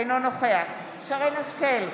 אינו נוכח שרן מרים השכל,